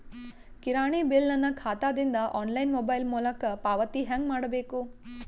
ಕಿರಾಣಿ ಬಿಲ್ ನನ್ನ ಖಾತಾ ದಿಂದ ಆನ್ಲೈನ್ ಮೊಬೈಲ್ ಮೊಲಕ ಪಾವತಿ ಹೆಂಗ್ ಮಾಡಬೇಕು?